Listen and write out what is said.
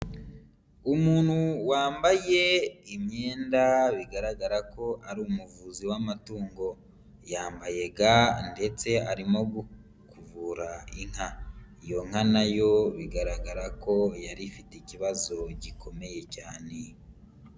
Umuntu wambaye imyenda bigaragara ko ari umuvuzi w'amatungo, yambaye ga ndetse arimo kuvura inka, iyo nka na yo bigaragara ko yari ifite ikibazo gikomeye cyane.